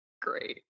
great